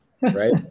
right